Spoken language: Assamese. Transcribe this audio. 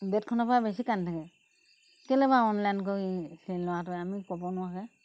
বেটখনৰ পৰা বেছি কান্দি থাকে কেলে বাৰু অনলাইন কৰি সেই ল'ৰাটোৱে আমি ক'ব নোৱাৰাকে